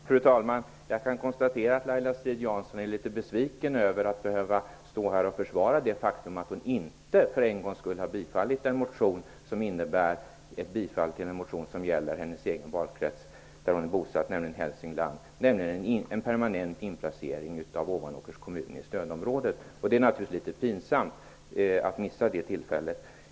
Fru talman! Jag kan konstatera att Laila Strid Jansson är litet besviken över att behöva stå här och försvara det faktum att hon för en gångs skull inte yrkat på bifall till en motion om något som gäller hennes egen valkrets Hälsingland -- där hon är bosatt -- nämligen en permanent inplacering av Ovanåkers kommun i stödområdet. Det är naturligtvis litet pinsamt att missa det tillfället.